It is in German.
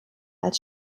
als